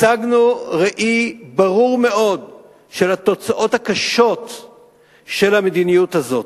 הצגנו ראי ברור מאוד של התוצאות הקשות של המדיניות הזאת,